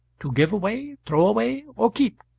to give away, throw away, or keep,